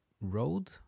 road